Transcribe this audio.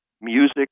music